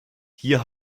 hier